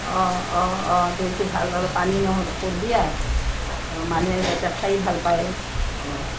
অঁ অঁ অঁ দৈইটো ভাল মানুহে যাতে খাই ভাল পায় অঁ